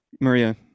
Maria